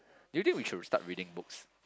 do you think we should start reading books